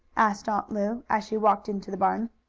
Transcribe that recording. asked aunt lu, as she walked into the barn.